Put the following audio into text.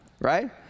right